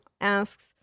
asks